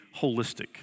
holistic